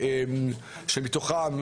שמתוכן,